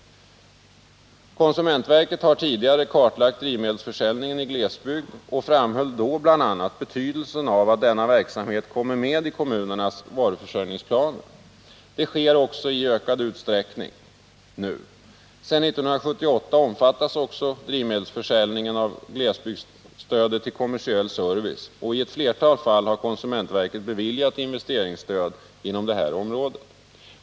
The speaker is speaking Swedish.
Konsumentverket har tidigare kartlagt drivmedelsförsäljningen i glesbygderna och framhöll då bl.a. betydelsen av att denna verksamhet kommer med i kommunernas varuförsörjningsplaner. Det sker också i ökad utsträckning. Sedan 1978 omfattas också drivmedelsförsäljningen av glesbygdsstödet till kommersiell service, och i ett flertal fall har konsumentverket beviljat investeringsstöd inom det här området.